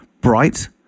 bright